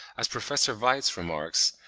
as professor waitz remarks,